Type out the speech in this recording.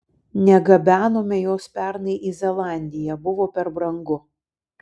negabenome jos pernai į zelandiją buvo per brangu